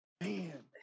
man